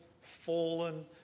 fallen